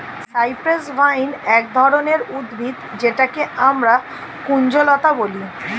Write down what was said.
cypress vine এক ধরনের উদ্ভিদ যেটাকে আমরা কুঞ্জলতা বলি